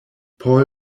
paul